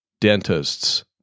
dentists